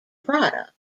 product